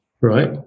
right